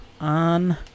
on